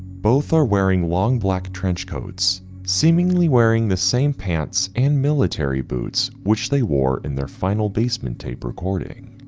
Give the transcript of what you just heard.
both are wearing long black trench coats seemingly wearing the same pants and military boots which they wore in their final basement tape recording.